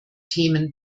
themen